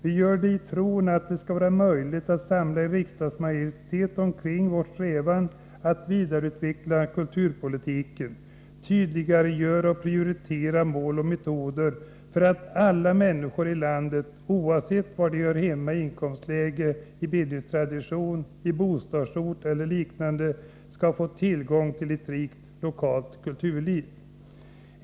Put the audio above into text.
Vi gör det i tron att det skall vara möjligt att samla en riksdagsmajoritet omkring vår strävan att vidareutveckla kulturpolitiken — tydliggöra och prioritera mål och metoder för att alla människor i landet oavsett var de hör hemma i inkomstläge, bildningstradition eller bostadsort skall få tillgång till ett rikt lokalt kulturliv.